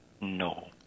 No